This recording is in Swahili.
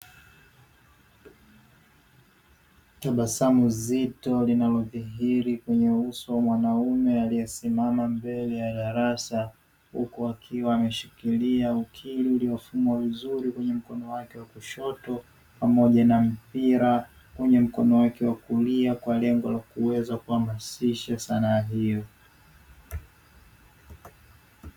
Tabasamu zito linalodhihiri kwenye uso wa mwanaume aliyesimama mbele ya darasa, huku akiwa ameshikilia ukili uliofumwa vizuri kwenye mkono wake wa kushoto pamoja na mpira kwenye mkono wake wa kulia kwa lengo la kuweza kuwa masishe sanaa hiyo.